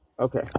Okay